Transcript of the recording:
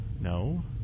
No